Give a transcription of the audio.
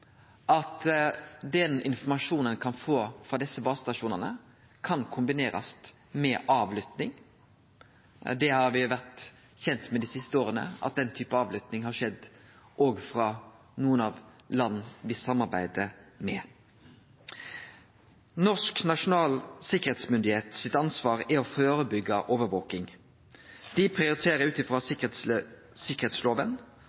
at den informasjonen ein kan få frå desse basestasjonane, kan kombinerast med avlytting. Me har vore kjende med dei siste åra at den typen avlytting har skjedd òg frå nokre land me samarbeider med. Nasjonalt tryggingsorgan sitt ansvar er å førebyggje overvaking. Dei prioriterer ut